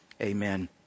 Amen